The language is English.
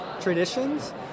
traditions